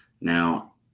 now